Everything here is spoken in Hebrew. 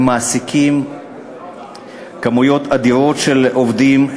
הם מעסיקים כמויות אדירות של עובדים.